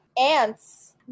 ants